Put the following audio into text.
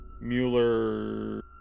Mueller